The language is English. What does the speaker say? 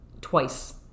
twice